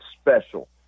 special